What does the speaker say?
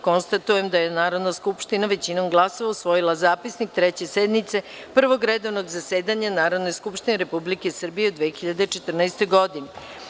Konstatujem da je Narodna skupština većinom glasova usvojila Zapisnik Treće sednice Prvog redovnog zasedanja Narodne skupštine Republike Srbije u 2014. godini.